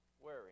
worry